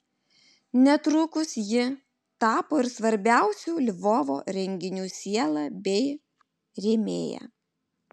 netrukus ji tapo ir svarbiausių lvovo renginių siela bei rėmėja